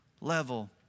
level